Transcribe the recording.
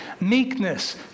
meekness